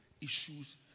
issues